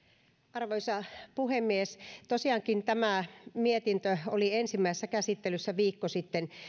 arvoisa puhemies tosiaankin tämä mietintö oli ensimmäisessä käsittelyssä viikko sitten